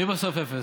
מי בסוף אפס?